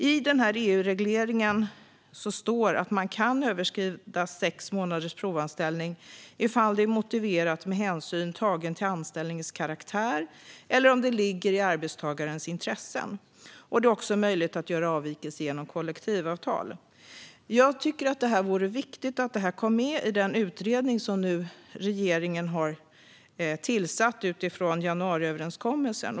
I EU-regleringen står att man kan överskrida sex månaders provanställning ifall det är motiverat med hänsyn tagen till anställningens karaktär eller om det ligger i arbetstagarens intressen. Det är också möjligt att göra avvikelser genom kollektivavtal. Jag tycker det vore viktigt att detta kom med i den utredning som regeringen nu har tillsatt utifrån januariöverenskommelsen.